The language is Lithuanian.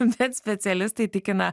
bet specialistai tikina